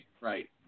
Right